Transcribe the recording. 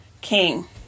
King